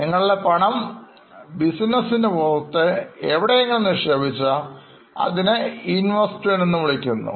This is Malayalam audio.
നിങ്ങളുടെ പണം ബിസിനസിന് പുറത്ത് എവിടെയെങ്കിലും നിക്ഷേപിച്ചാൽ അതിനെ investmentഎന്നു വിളിക്കുന്നു